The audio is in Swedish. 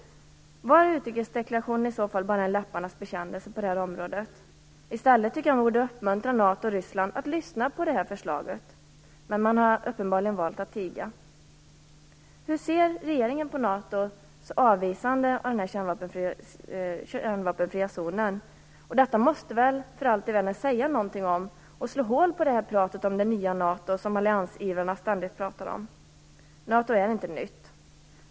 Var utrikesdeklarationen bara en läpparnas bekännelse på det här området? Man borde i stället uppmuntra NATO och Ryssland att lyssna på det här förslaget. Men man har uppenbarligen valt att tiga. Hur ser regeringen på NATO:s avvisande av den här kärnvapenfria zonen? Detta måste för allt i världen säga någonting om, och slå hål på talet om, det nya NATO som alliansivrarna ständigt pratar om. NATO är inte nytt.